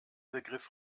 begriff